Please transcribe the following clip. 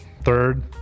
Third